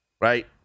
right